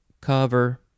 Cover